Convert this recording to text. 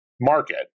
market